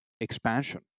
expansion